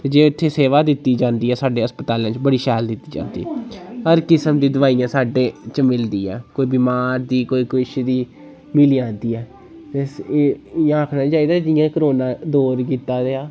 की जे इत्थें सेवा दित्ती जांदी ऐ साड्डे हस्पतालें च बड़ी शैल दित्ती जांदी ऐ हर इक किसम दी दवाई साड्डे च मिलदी ऐ कोई बीमार दी कोई कुछ दी मिली जंदी ऐ ते इ'यां आखना नि चाहिदा जियां करोना दौर कीता दा